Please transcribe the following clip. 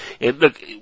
look